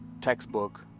textbook